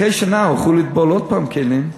אחרי שנה הלכו לטבול עוד פעם כלים,